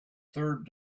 third